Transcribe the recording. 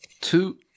Two